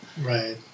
Right